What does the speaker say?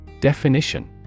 Definition